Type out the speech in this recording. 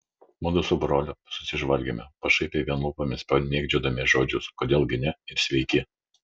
mudu su broliu susižvalgėme pašaipiai vien lūpomis pamėgdžiodami žodžius kodėl gi ne ir sveiki